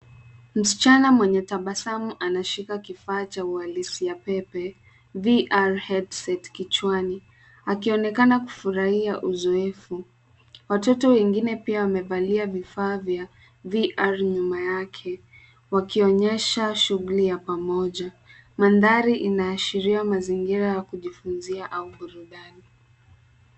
Msichana mwenye tabasamu anashika kifaa cha uhalisia pepe, VR headset set kichwani, akionekana kufarahia uzoefu. Watoto wengine pia wamevalia vifaa vya VR nyuma yake wakionyesha shughuli ya pamoja. Mandhari inaashiria mazingira ya kujifunzia au burudani.